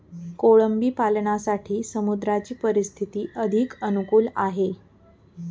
कोळंबी पालनासाठी समुद्राची परिस्थिती अधिक अनुकूल आहे